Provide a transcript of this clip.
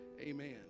Amen